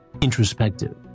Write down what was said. introspective